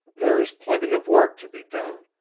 there is plenty of work to be done.